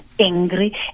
angry